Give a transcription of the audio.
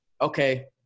okay